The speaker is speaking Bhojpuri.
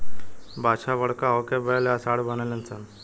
बाछा बड़का होके बैल या सांड बनेलसन